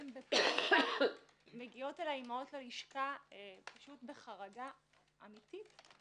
מגיעות אליי אימהות ללשכה בחרדה אמתית.